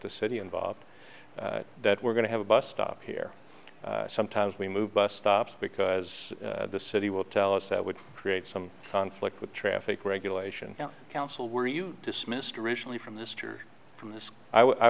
the city involved that we're going to have a bus stop here sometimes we move bus stops because the city will tell us that would create some conflict with traffic regulation council were you dismissed originally from this year from th